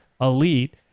elite